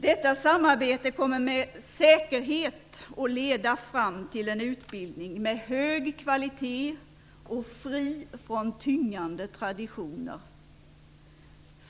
Detta samarbete kommer med säkerhet att leda fram till en utbildning med hög kvalitet, fri från tyngande traditioner.